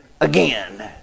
again